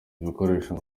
bikoresho